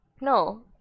No